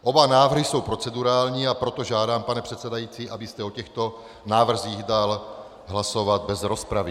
Oba návrhy jsou procedurální, a proto žádám, pane předsedající, abyste o těchto návrzích dal hlasovat bez rozpravy.